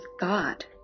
God